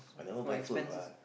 for expenses